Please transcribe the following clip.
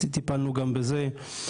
טיפלנו גם בזה.